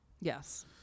yes